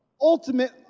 ultimate